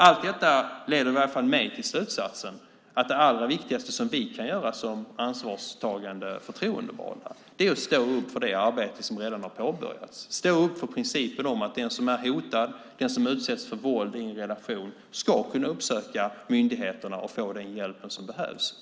Allt detta leder i varje fall mig till slutsatsen att det allra viktigaste som vi kan göra som ansvarstagande förtroendevalda är att stå upp för det arbete som redan har påbörjats. Vi ska stå upp för principen om att den som är hotad och den som utsätts för våld i en relation ska kunna uppsöka myndigheterna och få den hjälp som behövs.